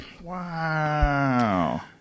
Wow